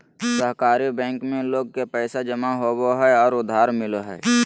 सहकारी बैंक में लोग के पैसा जमा होबो हइ और उधार मिलो हइ